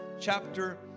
chapter